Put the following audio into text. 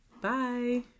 Bye